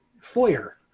foyer